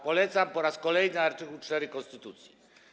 Polecam po raz kolejny art. 4 konstytucji.